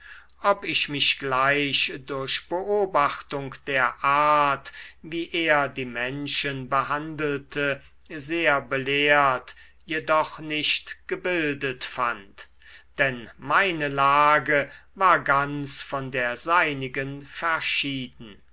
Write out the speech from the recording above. ob ich mich gleich durch beobachtung der art wie er die menschen behandelte sehr belehrt jedoch nicht gebildet fand denn meine lage war ganz von der seinigen verschieden